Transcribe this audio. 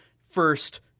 first